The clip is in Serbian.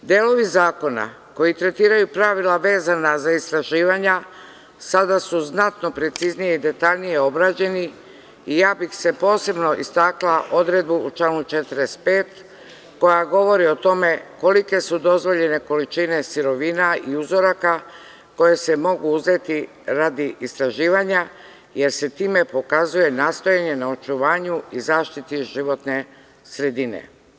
Delovi zakona, koji tretiraju pravila vezana za istraživanja, sada su znatno preciznije i detaljnije obrađeni i ja bih posebno istakla odredbu u članu 45. koja govori o tome kolike su dozvoljene količine sirovina i uzoraka koje se mogu uzeti radi istraživanja, jer se time pokazuje nastojanje na očuvanju i zaštiti životne sredine.